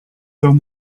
them